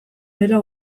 dela